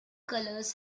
colours